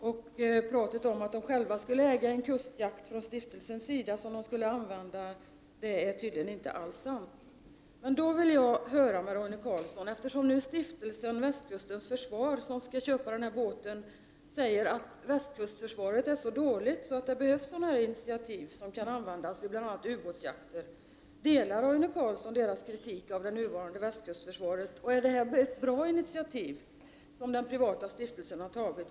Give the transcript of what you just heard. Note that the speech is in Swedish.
Talet om att man inom stiftelsen skulle äga en kustjakt som skulle användas är tydligen inte alls sant. Stiftelsen Västkustens försvar, som skall köpa den aktuella båten, säger att västkustförsvaret är så dåligt att sådana här initiativ är nödvändiga att ta till för att kunna genomföra bl.a. ubåtsjakter. Jag vill då fråga: Instämmer Roine Carlsson i stiftelsens kritik mot det nuvarande västkustförsvaret? Är det ett bra initiativ som den privata stiftelsen har tagit?